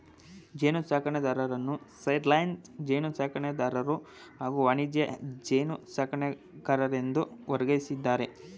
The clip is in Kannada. ಜೇನುಸಾಕಣೆದಾರರನ್ನು ಸೈಡ್ಲೈನ್ ಜೇನುಸಾಕಣೆದಾರರು ಹಾಗೂ ವಾಣಿಜ್ಯ ಜೇನುಸಾಕಣೆದಾರರೆಂದು ವರ್ಗೀಕರಿಸಿದ್ದಾರೆ